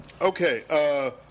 Okay